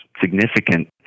significant